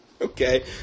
Okay